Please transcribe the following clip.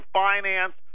finance